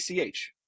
ACH